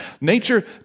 Nature